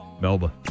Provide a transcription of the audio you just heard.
Melba